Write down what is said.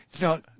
no